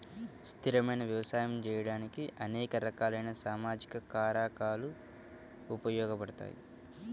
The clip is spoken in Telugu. స్థిరమైన వ్యవసాయం చేయడానికి అనేక రకాలైన సామాజిక కారకాలు ఉపయోగపడతాయి